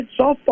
softball